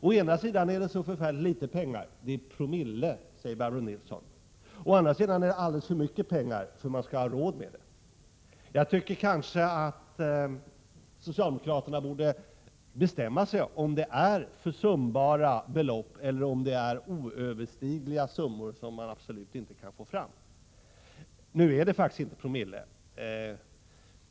Å ena sidan är det så förfärligt litet pengar — det är promille, säger Barbro Nilsson. Å andra sidan är det alldeles för mycket pengar för att man skall ha råd med det. Jag tycker att socialdemokraterna borde bestämma sig, om det är försumbara belopp eller om det är summor som absolut inte går att få fram. Nu är det faktiskt inte promille.